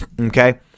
Okay